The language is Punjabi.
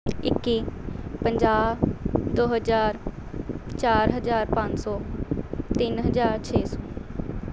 ਇੱਕੀ ਪੰਜਾਹ ਦੋ ਹਜ਼ਾਰ ਚਾਰ ਹਜ਼ਾਰ ਪੰਜ ਸੌ ਤਿੰਨ ਹਜ਼ਾਰ ਛੇ ਸੌ